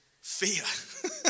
fear